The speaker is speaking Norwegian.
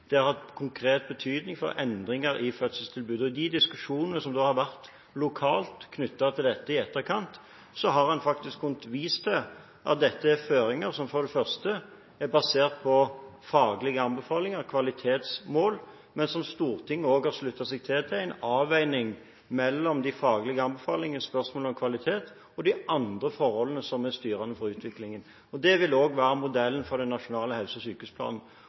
Det har hatt konkret betydning for endringer i fødselstilbudet. Og i de diskusjonene som har vært lokalt knyttet til dette i etterkant, har en faktisk kunnet vise til at dette er føringer som er basert på faglige anbefalinger og kvalitetsmål, som Stortinget også har sluttet seg til, og en avveining mellom de faglige anbefalingene og spørsmålene om kvalitet og de andre forholdene som er styrende for utviklingen. Det vil også være modellen for den nasjonale helse- og sykehusplanen.